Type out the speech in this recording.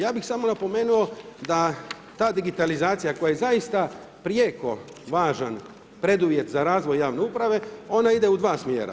Ja bih samo napomenuo da ta digitalizacija koja je zaista prijeko važan preduvjet za razvoj javne uprave ona ide u dva smjera.